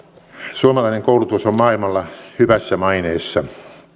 suomalainen koulutus on maailmalla hyvässä maineessa